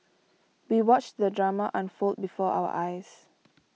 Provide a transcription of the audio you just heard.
we watched the drama unfold before our eyes